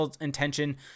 intention